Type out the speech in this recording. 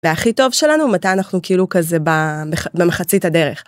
והכי טוב שלנו מתי אנחנו כאילו כזה במחצית הדרך.